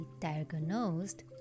diagnosed